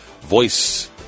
voice